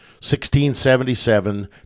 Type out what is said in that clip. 1677